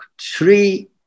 three